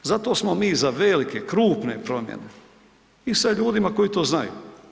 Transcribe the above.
Zato smo mi za velike, krupne promjene i sa ljudima koji to znaju.